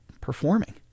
performing